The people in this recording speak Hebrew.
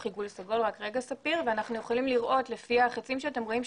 עיגול סגול ואנחנו יכולים לראות לפי החצים שאתם רואים,